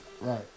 Right